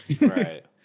right